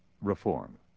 reform